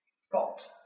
Spot